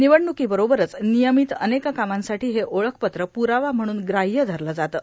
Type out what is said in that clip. निवडणूकांबरोबरच र्णनर्यामत अनेक कामांसाठी हे ओळखपत्र प्रावा म्हणून ग्राह्य धरले जाते